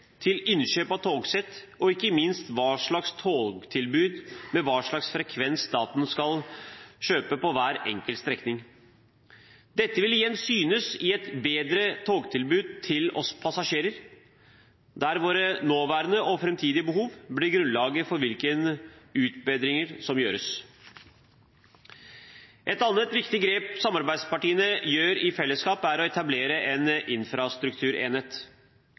til innkjøp av togsett og ikke minst hva slags togtilbud med hvilken frekvens staten skal kjøpe på hver enkelt strekning. Dette vil igjen synes i et bedre togtilbud til oss passasjerer, der våre nåværende og framtidige behov blir grunnlaget for hvilke utbedringer som gjøres. Et annet viktig grep samarbeidspartiene gjør i fellesskap, er å etablere en infrastrukturenhet.